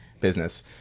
business